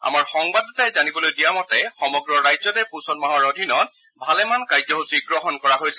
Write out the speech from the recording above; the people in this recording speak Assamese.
আমাৰ সংবাদতাদাই জানিবলৈ দিয়া মতে সমগ্ৰ ৰাজ্যতে পোষণ মাহৰ অধীনত ভালেমান কাৰ্য্যসূচী গ্ৰহণ কৰা হৈছে